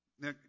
Now